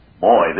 boy